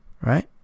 right